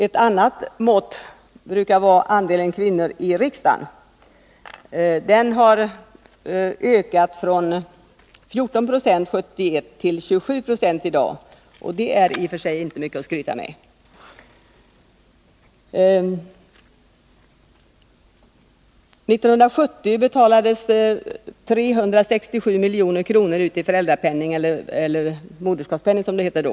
Ett annat mått på jämställdhet brukar vara andelen kvinnor i riksdagen. Den har ökat från 14 96 år 1971 till 27 90 i dag, och det är i och för sig inte mycket att skryta med. År 1970 betalades det ut 367 milj.kr. i föräldrapenning eller moderskapspenning, som det hette då.